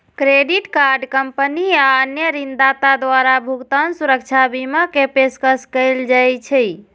credit card company आ अन्य ऋणदाता द्वारा भुगतान सुरक्षा बीमा के पेशकश कैल जाइ छै